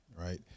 right